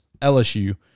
LSU